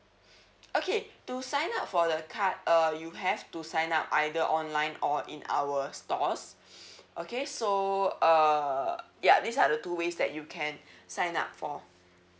okay to sign up for the card uh you have to sign up either online or in our stores okay so uh ya these are the two ways that you can sign up for